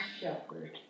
shepherd